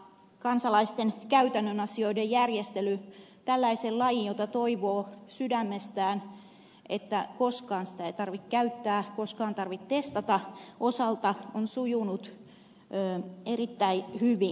kansalaisten käytännön asioiden järjestely tällaisen lain osalta jota toivoo sydämestään että koskaan sitä ei tarvitse käyttää koskaan tarvitse testata on sujunut erittäin hyvin